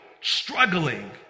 struggling